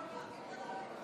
אדוני היושב-ראש,